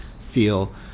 feel